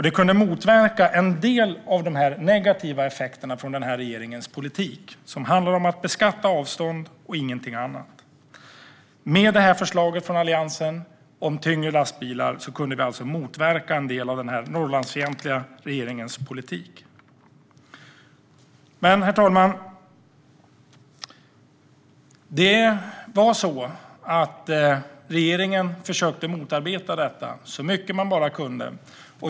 Det kunde motverka en del av de negativa effekterna av den här Norrlandsfientliga regeringens politik, som handlar om att beskatta avstånd. Men, herr talman, regeringen försökte motarbeta detta så mycket man bara kunde.